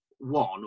one